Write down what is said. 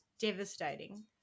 devastating